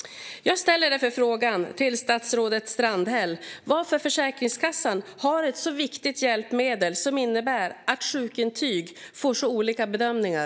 Jag ställer därför frågan till statsrådet Strandhäll: Varför leder ett för Försäkringskassan så viktigt hjälpmedel till olika bedömningar av ett sjukintyg?